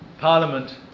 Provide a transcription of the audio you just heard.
Parliament